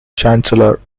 chancellor